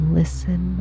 listen